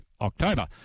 October